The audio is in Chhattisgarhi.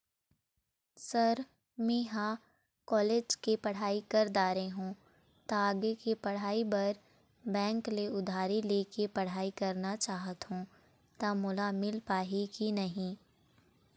सर म ह कॉलेज के पढ़ाई कर दारें हों ता आगे के पढ़ाई बर बैंक ले उधारी ले के पढ़ाई करना चाहत हों ता मोला मील पाही की नहीं?